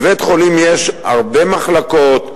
בבית-חולים יש הרבה מחלקות,